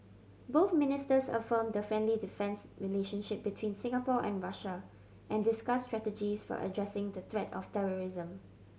both ministers affirmed the friendly defence relationship between Singapore and Russia and discussed strategies for addressing the threat of terrorism